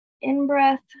In-breath